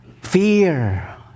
Fear